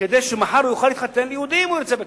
כדי שמחר הוא יוכל להתחתן עם יהודי אם הוא ירצה בכך,